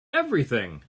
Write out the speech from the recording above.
everything